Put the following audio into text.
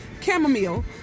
Chamomile